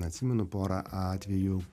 atsimenu porą atvejų